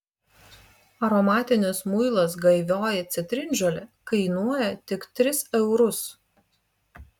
aromatinis muilas gaivioji citrinžolė kainuoja tik tris eurus